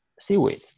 seaweed